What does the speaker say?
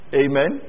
amen